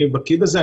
אני בקי בזה,